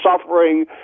suffering